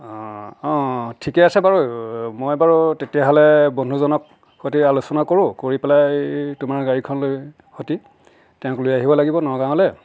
অঁ অঁ ঠিকে আছে বাৰু মই বাৰু তেতিয়াহ'লে বন্ধুজনক সৈতে আলোচনা কৰোঁ কৰি পেলাই তোমাৰ গাড়ীখন লৈ সৈতে তেওঁক লৈ আহিব লাগিব নগাঁৱলৈ